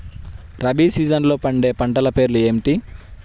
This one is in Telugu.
రబీ సీజన్లో పండే పంటల పేర్లు ఏమిటి?